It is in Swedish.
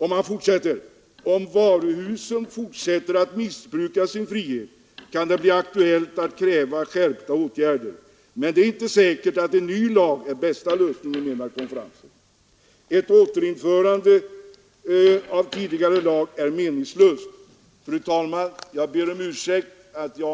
Artikeln fortsätter: ”Om varuhusen fortsätter att missbruka sin frihet kan det bli aktuellt att kräva skärpta åtgärder, men det är inte säkert att en ny lag är bästa lösningen, menade konferensen. Ett återinförande av tidigare lag är meningslöst.” Fru talman, jag ber om ursäkt för att jag